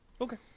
Okay